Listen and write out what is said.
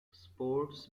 sports